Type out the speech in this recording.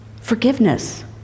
forgiveness